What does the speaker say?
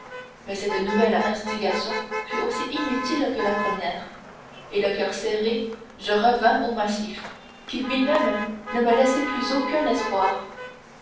mais cette nouvelle investigation fut aussi inutile que la première et le coeur serré je revins au massif qui lui-même ne me laissait plus aucun espoir